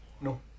No